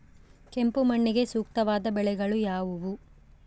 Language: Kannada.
ಕೆಂಪು ಮಣ್ಣಿಗೆ ಸೂಕ್ತವಾದ ಬೆಳೆಗಳು ಯಾವುವು?